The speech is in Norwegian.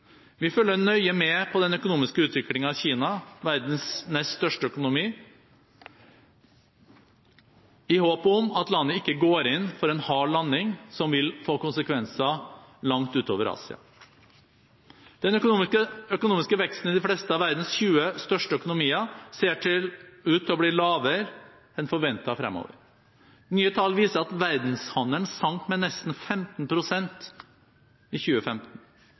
Vi følger nøye med på den økonomiske utviklingen i Kina, verdens nest største økonomi, i håp om at landet ikke går inn for en «hard landing» som vil få konsekvenser langt utover Asia. Den økonomiske veksten i de fleste av verdens 20 største økonomier ser ut til å bli lavere enn forventet fremover. Nye tall viser at verdenshandelen sank med nesten 15 pst. i 2015.